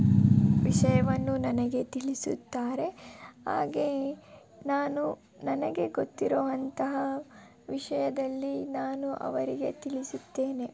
ವಿಷಯವನ್ನು ನನಗೆ ತಿಳಿಸುತ್ತಾರೆ ಹಾಗೇ ನಾನು ನನಗೆ ಗೊತ್ತಿರುವಂತಹ ವಿಷಯದಲ್ಲಿ ನಾನು ಅವರಿಗೆ ತಿಳಿಸುತ್ತೇನೆ